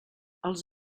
els